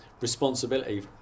responsibility